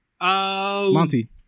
Monty